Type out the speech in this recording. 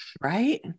right